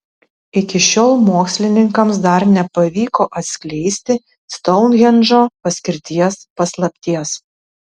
iki šiol mokslininkams dar nepavyko atskleisti stounhendžo paskirties paslapties